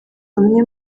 umwe